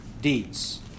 deeds